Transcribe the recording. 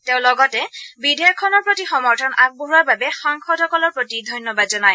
তেওঁ লগতে বিধেয়কখনৰ প্ৰতি সমৰ্থন আগবঢ়োৱাৰ বাবে সাংসদসকলৰ প্ৰতি ধন্যবাদ জনায়